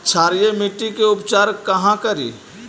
क्षारीय मिट्टी के उपचार कहा करी?